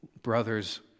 Brothers